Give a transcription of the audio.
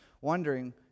Wondering